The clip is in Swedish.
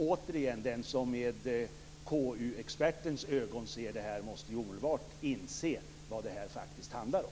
Återigen: Den som med KU expertens ögon ser detta måste ju omedelbart inse vad det faktiskt handlar om.